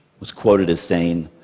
was quoted as saying,